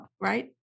right